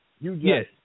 Yes